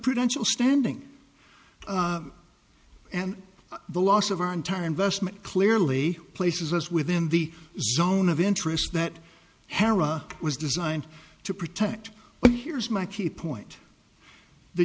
prudential standing and the loss of our entire investment clearly places within the zone of interest that hara was designed to protect but here's my key point the